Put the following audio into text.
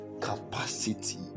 capacity